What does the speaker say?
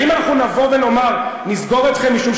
האם אנחנו נבוא ונאמר: נסגור אתכם משום